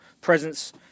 presence